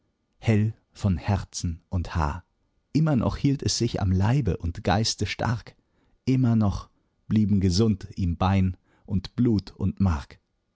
hell von herzen und haar immer noch hielt es sich am leibe und geiste stark immer noch blieben gesund ihm bein und blut und mark